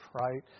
right